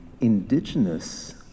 indigenous